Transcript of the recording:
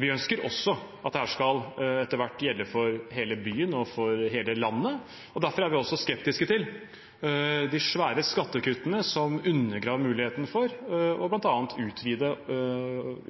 Vi ønsker også at dette etter hvert skal gjelde for hele byen og hele landet, og derfor er vi skeptiske til de svære skattekuttene som undergraver muligheten for bl.a. å utvide